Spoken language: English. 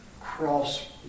cross